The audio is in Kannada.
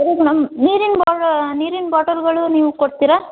ಸರಿ ಮೇಡಮ್ ನೀರಿನ ಬಾ ನೀರಿನ ಬಾಟಲ್ಗಳು ನೀವು ಕೊಡ್ತೀರಾ